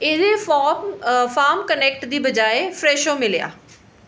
एह्दे form form connect बजाए फ्रैशो मिलेआ